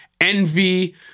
envy